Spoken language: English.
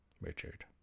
Richard